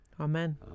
Amen